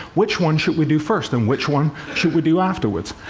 which one should we do first, and which one should we do afterwards?